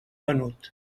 venut